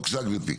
בבקשה גברתי.